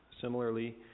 similarly